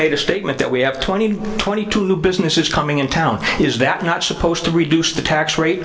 made a statement that we have twenty twenty two new businesses coming in town is that not supposed to reduce the tax rate